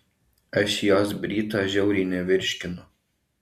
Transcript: aš jos bryto žiauriai nevirškinu